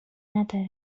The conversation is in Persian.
نداره